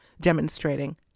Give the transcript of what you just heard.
demonstrating